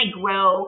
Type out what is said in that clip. grow